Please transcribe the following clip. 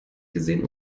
gesehen